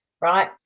right